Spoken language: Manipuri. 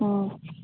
ꯎꯝ